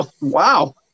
Wow